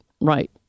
right